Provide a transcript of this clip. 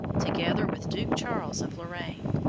together with duke charles of lorraine,